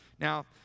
Now